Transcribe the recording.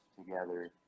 together